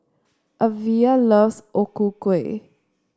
Evia loves O Ku Kueh